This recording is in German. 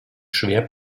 schwer